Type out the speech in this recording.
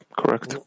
correct